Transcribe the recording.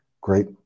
Great